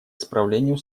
исправлению